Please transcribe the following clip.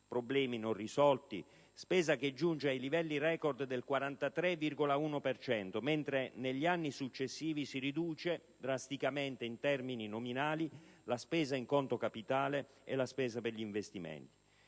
problemi non risolti, spesa che giunge ai livelli record del 43,1 per cento, mentre negli anni successivi si riduce drasticamente in termini nominali la spesa in conto capitale e la spesa per gli investimenti.